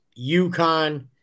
UConn